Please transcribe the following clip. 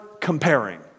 comparing